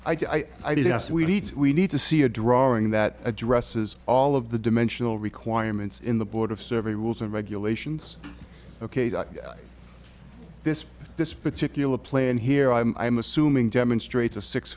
ask we need we need to see a drawing that addresses all of the dimensional requirements in the board of survey rules and regulations ok so this this particular plan here i'm i'm assuming demonstrates a six